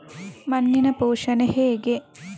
ಮಣ್ಣಿನ ಪೋಷಣೆ ಹೇಗೆ?